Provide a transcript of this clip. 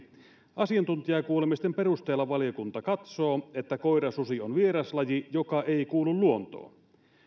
asiantuntijakuulemisen perusteella valiokunta katsoo että koirasusi on vieraslaji joka ei kuulu luontoon